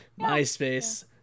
MySpace